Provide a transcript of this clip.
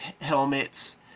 helmets